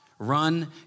Run